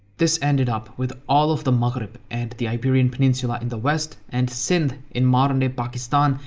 this ended up with all of the maghreb and the iberian peninsula in the west and sindh, in modern-day pakistan,